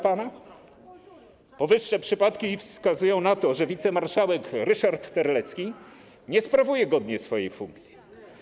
Powyższe przypadki wskazują na to, że wicemarszałek Ryszard Terlecki nie sprawuje godnie swojej funkcji.